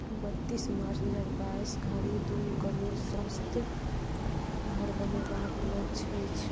बत्तीस मार्च दू हजार बाइस धरि दू करोड़ सस्त घर बनयबाक लक्ष्य अछि